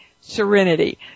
serenity